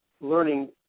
learning